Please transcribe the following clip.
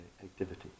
activity